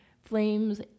Flames